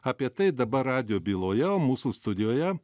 apie tai dabar radijo byloje o mūsų studijoje